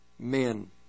Men